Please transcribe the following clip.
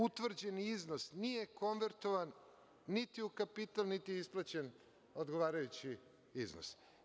Utvrđeni iznos nije konvertovan niti u kapital, niti je isplaćen odgovarajući iznos.